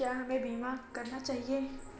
क्या हमें बीमा करना चाहिए?